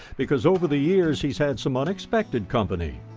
because over the years he's had some unexpected company.